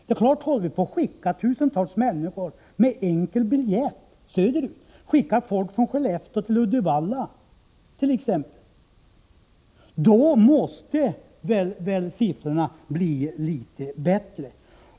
Skickar vi tusentals människor med enkel biljett söderut, t.ex. från Skellefteå till Uddevalla, måste väl siffrorna bli litet bättre.